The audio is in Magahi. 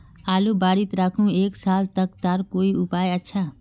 आलूर बारित राखुम एक साल तक तार कोई उपाय अच्छा?